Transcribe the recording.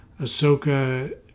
Ahsoka